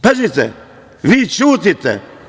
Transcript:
Pazite, vi ćutite.